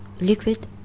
liquid